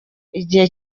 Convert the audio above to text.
igihe